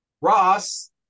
Ross